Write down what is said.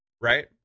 right